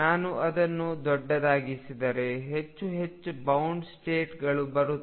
ನಾನು ಅದನ್ನು ದೊಡ್ಡದಾಗಿಸಿದರೆ ಹೆಚ್ಚು ಹೆಚ್ಚು ಬೌಂಡ್ ಸ್ಟೇಟ್ಗಳು ಬರುತ್ತವೆ